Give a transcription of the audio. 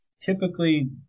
Typically